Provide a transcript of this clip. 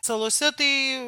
salose tai